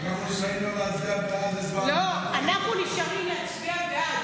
אנחנו נשארים להצביע בעד.